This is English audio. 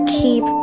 keep